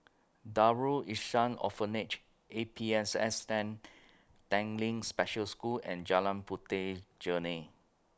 Darul Ihsan Orphanage A P S S N Tanglin Special School and Jalan Puteh Jerneh